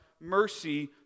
mercy